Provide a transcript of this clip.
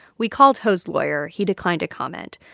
we called ho's lawyer. he declined to comment.